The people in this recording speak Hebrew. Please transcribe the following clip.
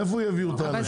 מאיפה הוא יביא אותם?